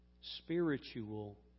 spiritual